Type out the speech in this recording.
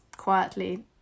quietly